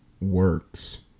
works